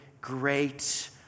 great